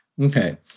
Okay